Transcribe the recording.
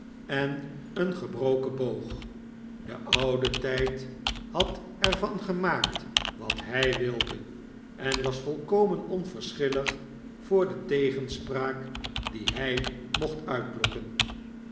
en een gebroken boog de oude tijd had er van gemaakt wat hy wilde en was volkomen onverschillig voor de tegenspraak die hy mocht uitlokken